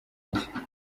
nshya